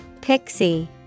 Pixie